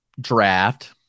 draft